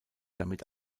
damit